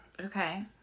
Okay